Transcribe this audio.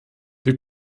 wir